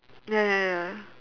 ya ya ya